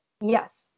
Yes